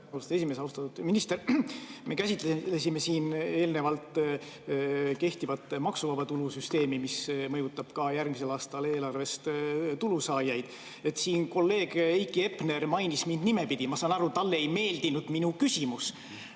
esimees! Austatud minister! Me käsitlesime siin kehtivat maksuvaba tulu süsteemi, mis mõjutab ka järgmisel aastal eelarvest tulu saajaid. Kolleeg Heiki Hepner mainis mind nimepidi. Ma saan aru, talle ei meeldinud minu küsimus.